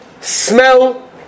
smell